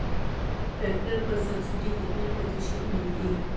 Tractor पर subsidy कितने प्रतिशत मिलती है?